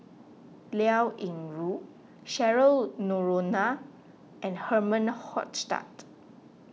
Liao Yingru Cheryl Noronha and Herman Hochstadt